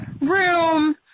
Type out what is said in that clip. room